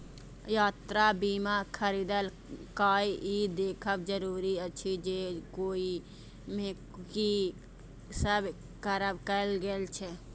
यात्रा बीमा खरीदै काल ई देखब जरूरी अछि जे ओइ मे की सब कवर कैल गेल छै